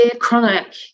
chronic